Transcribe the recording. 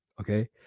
Okay